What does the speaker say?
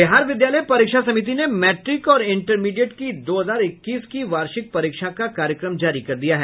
बिहार विद्यालय परीक्षा समिति ने मैट्रिक और इंटरमीडिएट की दो हजार इक्कीस की वार्षिक परीक्षा का कार्यक्रम जारी कर दिया है